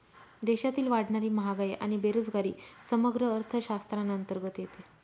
देशातील वाढणारी महागाई आणि बेरोजगारी समग्र अर्थशास्त्राअंतर्गत येते